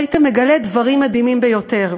היית מגלה דברים מדהימים ביותר.